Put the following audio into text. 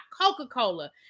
Coca-Cola